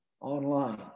online